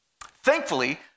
Thankfully